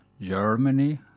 Germany